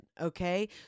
Okay